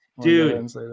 dude